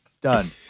Done